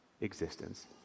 existence